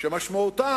שמשמעותה